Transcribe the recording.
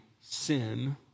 sin